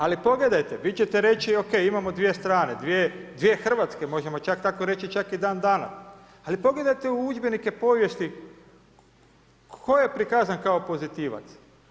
Ali pogledajte, vi ćete reći ok, imamo dvije strane, dvije Hrvatske, možemo čak tako reći i čak dandanas, ali pogledajte u udžbenike povijesti, tko je prikazan kao pozitivac?